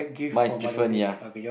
mine is different ya